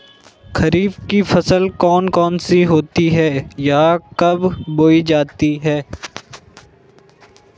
खरीफ की फसल कौन कौन सी होती हैं यह कब बोई जाती हैं?